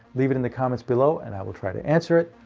leave it in the comments below and i will try to answer it.